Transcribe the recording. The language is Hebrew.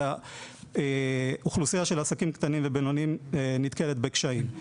ואילו האוכלוסייה של העסקים הקטנים והבינוניים נתקלת בקשיים.